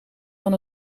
van